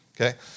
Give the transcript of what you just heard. okay